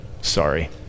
sorry